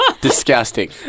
Disgusting